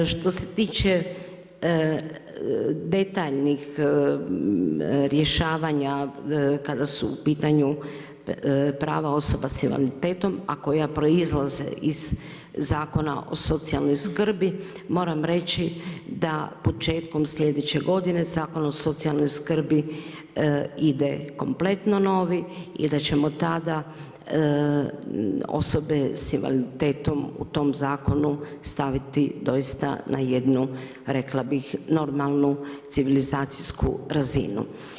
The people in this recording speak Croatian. Što se tiče detaljnih rješavanja kada su u pitanju prava osoba s invaliditetom, a koja proizlaze iz Zakona o socijalnoj skrbi, moram reći da početkom sljedeće godine Zakon o socijalnoj skrbi ide kompletno novi i da ćemo tada osobe s invaliditetom u tom zakonu staviti doista na jednu rekla bih normalnu, civilizacijsku razinu.